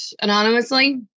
anonymously